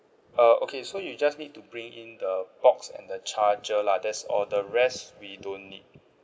uh okay so you just need to bring in the box and the charger lah that's all the rest we don't need